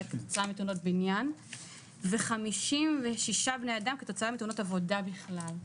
בתאונות בניין ו-56 כתוצאה מתאונות עבודה בכלל.